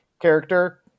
character